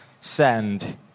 send